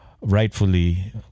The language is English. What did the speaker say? rightfully